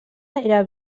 era